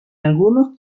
algunos